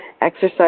Exercise